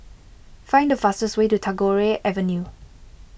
find the fastest way to Tagore Avenue